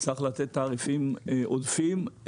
צריך לתת תעריפים עודפים.